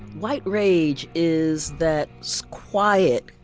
white rage is that so quiet,